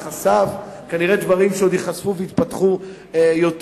וחשף כנראה דברים שעוד ייחשפו ויתפתחו יותר.